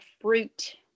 fruit